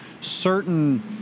certain